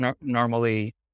normally